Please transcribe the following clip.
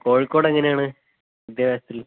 കോഴിക്കോട് എങ്ങനെയാണ് വിദ്യാഭ്യാസത്തില്